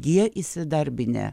jie įsidarbinę